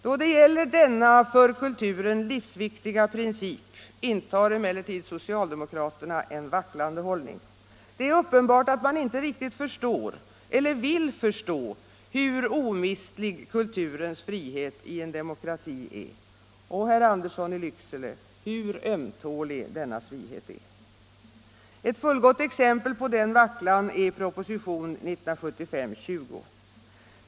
Då det gäller denna för kulturen livsviktiga princip intar emellertid socialdemokraterna en vacklande hållning. Det är uppenbart att man inte riktigt förstår — eller vill förstå — hur omistlig kulturens frihet i en demokrati är och, herr Andersson i Lycksele, hur ömtålig denna frihet är. Ett fullgott exempel på denna vacklan är propositionen 1975:20.